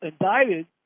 indicted